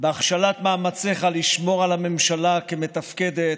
בהכשלת מאמציך לשמור על הממשלה כמתפקדת,